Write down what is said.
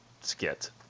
skit